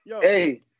Hey